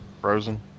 Frozen